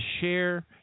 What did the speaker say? share